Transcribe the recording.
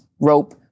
rope